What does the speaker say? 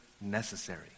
necessary